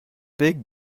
big